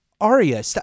Aria